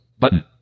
Button